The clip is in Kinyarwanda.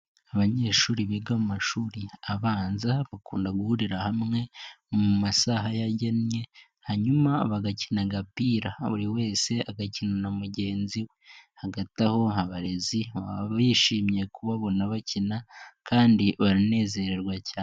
Abanyeshuri biga mu mashuri abanza bakunda guhurira hamwe mu masaha yagennye hanyuma bagakina agapira, buri wese agakina na mugenzi we. Hagati aho abarezi bab bishimiye kubabona bakina kandi baranezererwa cyane.